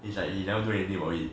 it's like he never do anything about it